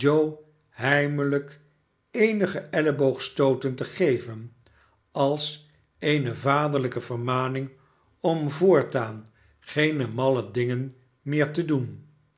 eenige elleboogstooten te geven als eene vaderlijke vermaning om voortaan geene malle dingen meer te doen